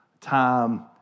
time